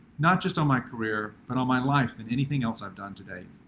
not just on my career, but on my life than anything else i've done today.